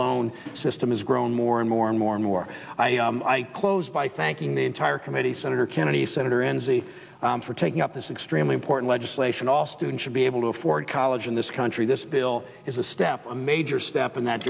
loan system has grown more and more and more and more i close by thanking the entire committee senator kennedy senator enzi for taking up this extremely important legislation all students should be able to afford college in this country this bill is a step a major step in that